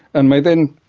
and may then,